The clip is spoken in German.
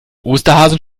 osterhasen